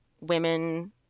women